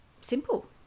Simple